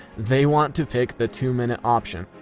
they want to pick the two minute option.